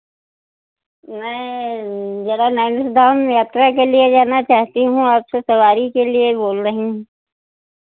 मैं जगन्नाथ धाम यात्रा के लिए जाना चाहती हूँ आपसे सवारी के लिए बोल रही हूँ